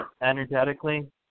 energetically